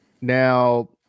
now